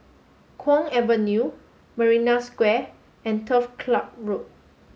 Kwong Avenue Marina Square and Turf Club Road